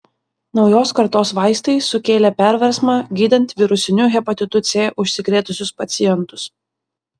naujos kartos vaistai sukėlė perversmą gydant virusiniu hepatitu c užsikrėtusius pacientus